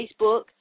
Facebook